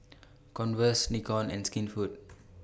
Converse Nikon and Skinfood